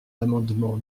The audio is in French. l’amendement